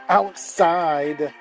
outside